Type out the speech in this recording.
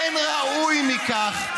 אין ראוי מכך שישלמו,